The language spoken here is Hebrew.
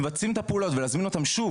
מבצעים את הפעולות ולהזמין אותם שוב